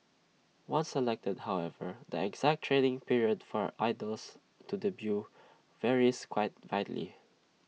once selected however the exact training period for idols to debut varies quite widely